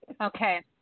Okay